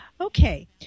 Okay